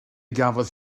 gafodd